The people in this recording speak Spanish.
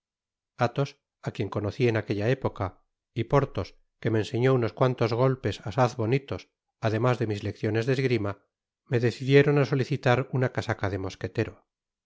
athos á quien conoci en aquella época y portbos que me enseñó unos cuantos golpes asaz bonitos además de mis lecciones de esgrima me decidieron á solicitar una casaca de mosquetero el